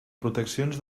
proteccions